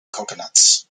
coconuts